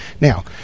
Now